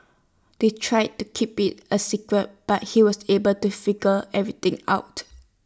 they tried to keep IT A secret but he was able to figure everything out